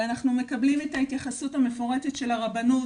ואנחנו מקבלים את ההתייחסות המפורטת של הרבנות,